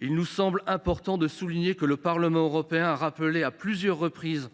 Il nous semble important de souligner que le Parlement européen a rappelé à plusieurs reprises,